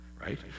Right